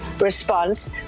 Response